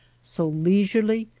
so leisurely,